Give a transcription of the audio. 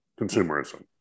consumerism